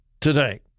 today